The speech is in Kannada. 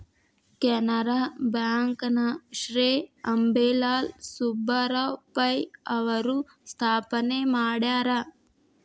ಕೆನರಾ ಬ್ಯಾಂಕ ನ ಶ್ರೇ ಅಂಬೇಲಾಲ್ ಸುಬ್ಬರಾವ್ ಪೈ ಅವರು ಸ್ಥಾಪನೆ ಮಾಡ್ಯಾರ